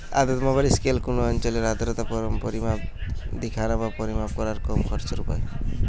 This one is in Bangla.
আর্দ্রতা মাপার স্কেল কুনো অঞ্চলের আর্দ্রতার পরিমাণ দিখানা বা পরিমাপ কোরার কম খরচের উপায়